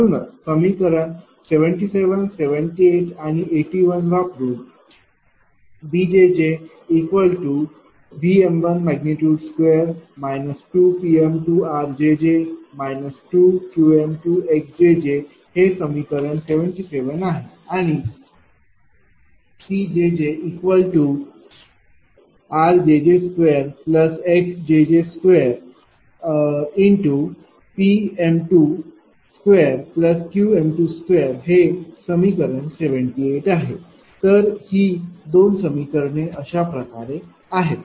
म्हणूनच समीकरण 77 78 आणि 81 वापरून bjj।V।2 2Pm2rjj 2Qm2xjj हे समीकरण 77 आहे आणि cjjr2jjx2P2m2Q2 हे समीकरण 78 आहे तर ही दोन समीकरणे अशाप्रकारे आहेत